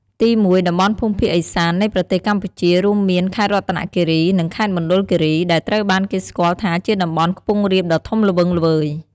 ទីមួយ តំបន់ភូមិភាគឦសាននៃប្រទេសកម្ពុជា រួមមាន ខេត្តរតនគិរី និង ខេត្តមណ្ឌលគិរី ដែលត្រូវបានគេស្គាល់ថាជាតំបន់ខ្ពង់រាបដ៏ធំល្វឹងល្វើយ។